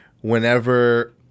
whenever